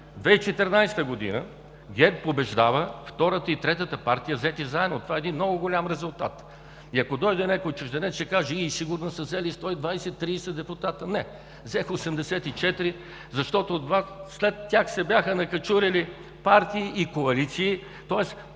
в 2014 г. ГЕРБ побеждава втората и третата партия взети заедно, това е един много голям резултат. И ако дойде някой чужденец, ще каже: „Сигурно са взели 120-130 депутата“. Не. Взеха 84, защото след тях се бяха накачулили партии и коалиции.